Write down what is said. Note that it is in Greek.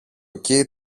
κει